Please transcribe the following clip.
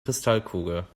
kristallkugel